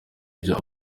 ibyo